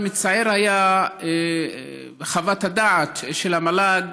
אבל מצערת הייתה חוות הדעת של המל"ג,